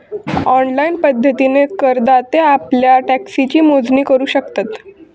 online पद्धतीन करदाते आप्ल्या टॅक्सची मोजणी करू शकतत